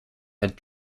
had